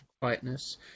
quietness